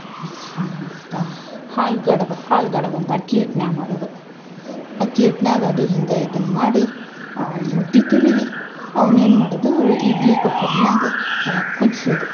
ಹಾ ಹಾಲು ಗಡ್ಬ್ ಹಾಲು ಗಡ್ಬ್ ಅಂತ ಅಕ್ಕಿ ಹಿಟ್ನ್ಯಾಗ ಮಾಡೋದು ಅಕ್ಕಿ ಹಿಟ್ನ್ಯಾಗ ಅದು ಹಿಂಗೆ ಇದನ್ನ ಮಾಡಿ ಮುದ್ದಿ ತಿರ್ವಿ ಅವ್ನ ಏನು ಮಾಡೊದೂ ಇಡ್ಲಿ ಕುಕ್ಕರ್ನ್ಯಾಗ ಕುದ್ಸುದು